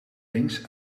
links